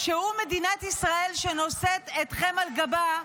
שהוא מדינת ישראל שנושאת אתכם על גבה,